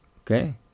okay